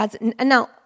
Now